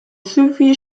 sufi